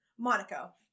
Monaco